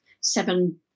seven